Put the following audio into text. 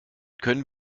können